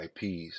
IPs